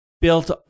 built